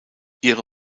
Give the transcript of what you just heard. ihre